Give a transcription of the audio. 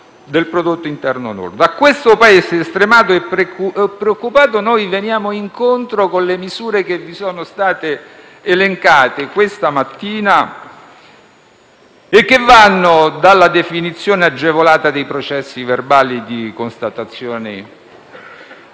lordo. Al Paese, stremato e preoccupato, noi veniamo incontro con le misure che vi sono state elencate questa mattina e che vanno dalla definizione agevolata dei processi verbali di constatazione